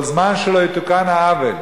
כל זמן שלא יתוקן העוול,